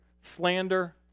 slander